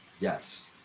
yes